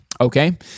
okay